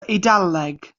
eidaleg